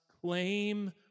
claim